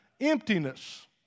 emptiness